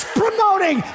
promoting